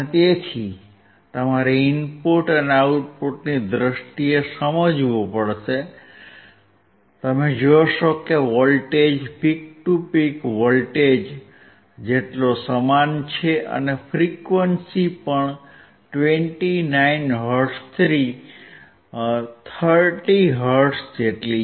તેથી તમારે ઇનપુટ અને આઉટપુટની દ્રષ્ટિએ સમજવું પડશે તમે જોશો કે voltage peak to peak voltage જેટલો સમાન છે અને ફ્રીક્વંસી પણ 29 હર્ટ્ઝથી 30 હર્ટ્ઝ છે